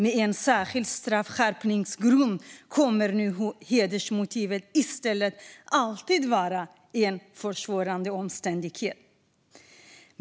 Med en särskild straffskärpningsgrund kommer hedersmotiv nu i stället alltid att vara en försvårande omständighet.